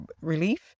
relief